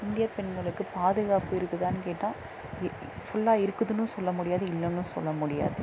இந்திய பெண்களுக்கு பாதுகாப்பு இருக்குதான்னு கேட்டால் ஃபுல்லா இருக்குதுன்னும் சொல்ல முடியாது இல்லைன்னும் சொல்ல முடியாது